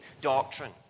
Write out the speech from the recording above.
doctrine